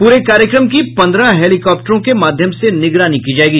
pray कार्यक्रम की पन्द्रह हेलीकॉप्टरों के माध्यम से निगरानी की जायेगी